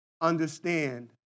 understand